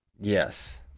yes